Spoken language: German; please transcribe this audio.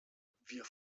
wir